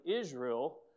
Israel